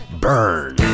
Burn